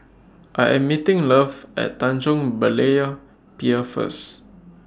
I Am meeting Love At Tanjong Berlayer Pier First